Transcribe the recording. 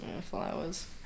flowers